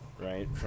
right